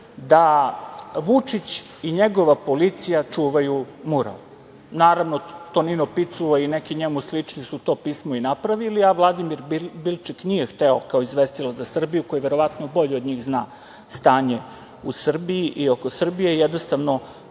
da Vučić i njegova policija čuvaju mural. Naravno, Tonino Picula, i neki njemu slični su to pismo i napravili, a Vladimir Bilčik nije hteo, kao izvestilac za Srbiju, koji verovatno bolje od njih zna stanje u Srbiji i oko Srbije, jednostavno